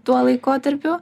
tuo laikotarpiu